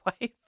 wife